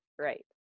right